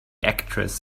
actress